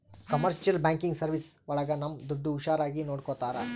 commercial banking service ಒಳಗ ನಮ್ ದುಡ್ಡು ಹುಷಾರಾಗಿ ನೋಡ್ಕೋತರ